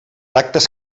actes